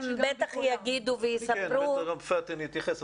הם בטח יגידו ויספרו --- בטח גם פאתן יתייחס,